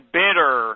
bitter